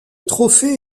trophée